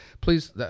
Please